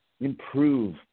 improve